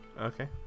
Okay